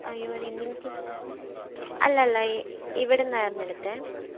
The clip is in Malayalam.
അയ്യോ അതില്ലെങ്കിൽ അല്ലല്ല ഇവിടെന്നായിരുന്നു എടുത്തത്